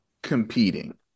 competing